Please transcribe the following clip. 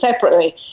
separately